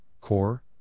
core